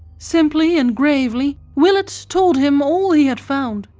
simply and gravely willett told him all he had found,